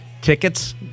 tickets